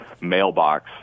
mailbox